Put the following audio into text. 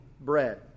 bread